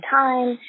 time